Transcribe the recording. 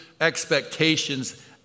expectations